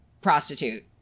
prostitute